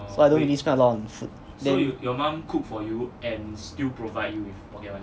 so I don't really spend a lot on food then